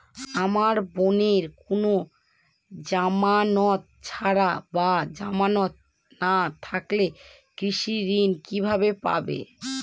আমার বোনের কোন জামানত ছাড়া বা জামানত না থাকলে কৃষি ঋণ কিভাবে পাবে?